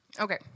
Okay